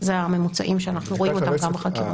אלה הממוצעים שאנחנו רואים אותם גם בחקירות.